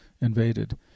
invaded